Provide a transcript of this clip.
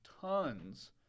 tons